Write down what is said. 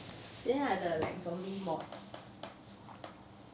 then are the like zombie mods